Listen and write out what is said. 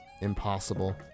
impossible